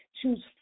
Choose